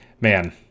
man